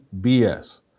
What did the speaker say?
BS